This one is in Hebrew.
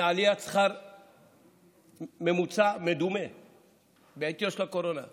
מעליית שכר ממוצע מדומה בעת של הקורונה.